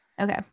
Okay